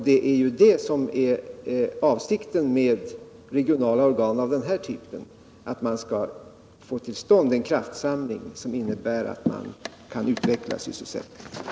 Det är detta som är avsikten med regionala organ av den här typen — att man skall få till stånd en kraftsamling som innebär att man kan utveckla sysselsättningen.